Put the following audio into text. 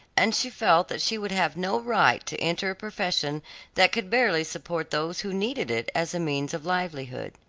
and she felt that she would have no right to enter a profession that could barely support those who needed it as a means of livelihood.